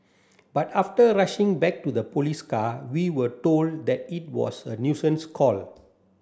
but after rushing back to the police car we were told that it was a nuisance call